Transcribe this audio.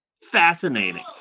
Fascinating